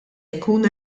jkun